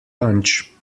lunch